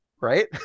Right